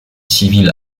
civils